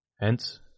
Hence